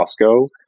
Costco